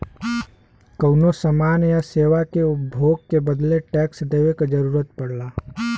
कउनो समान या सेवा के उपभोग के बदले टैक्स देवे क जरुरत पड़ला